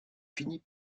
finit